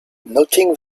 noting